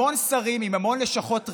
המון שרים עם המון לשכות ריקות,